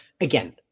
again